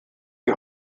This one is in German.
die